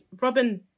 Robin